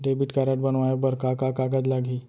Debit card बनवाये बर का का कागज लागही?